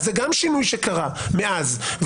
גם זה שינוי שקרה מאז.